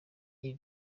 iri